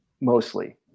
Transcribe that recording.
mostly